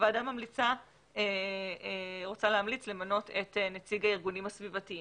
הוועדה רוצה להמליץ למנות את נציג הארגונים הסביבתיים.